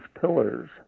pillars